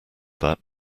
that